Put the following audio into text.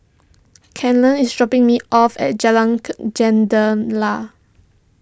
Kenley is dropping me off at Jalan Jendela